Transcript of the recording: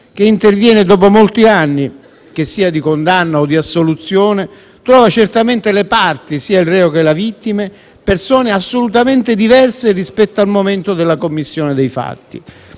che interviene dopo molti anni, che sia di condanna o di assoluzione, trova certamente le parti, sia il reo che la vittima, persone assolutamente diverse rispetto al momento della commissione dei fatti.